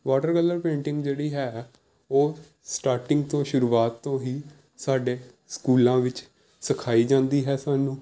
voter colour painting ਜਿਹੜੀ ਹੈ ਉਹ ਸਟਾਰਟਿੰਗ ਤੋਂ ਸ਼ੁਰੂਆਤ ਤੋਂ ਹੀ ਸਾਡੇ ਸਕੂਲਾਂ ਵਿੱਚ ਸਿਖਾਈ ਜਾਂਦੀ ਹੈ ਸਾਨੂੰ ਇਸ